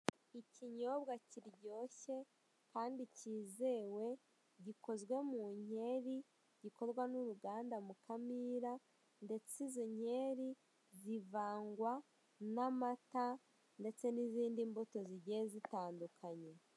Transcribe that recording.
Ikinyobwa kiryoshye kandi kizewe gikozwe mu nkeri gikozwe n'uruganda Mukamira ndetse izo nkeri zivangwa n'amata ndetse n'izindi mbuto zigiye zitandukanye.